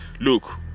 Look